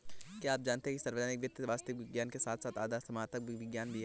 क्या आप जानते है सार्वजनिक वित्त वास्तविक विज्ञान के साथ साथ आदर्शात्मक विज्ञान भी है?